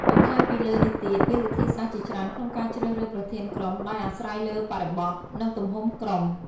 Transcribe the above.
បន្ថែមពីលើនេះទៀតមានវិធីសាស្រ្តជាច្រើនក្នុងការជ្រើសរើសប្រធានក្រុម ដោយអាស្រ័យលើបរិបទ និងទំហំក្រុម។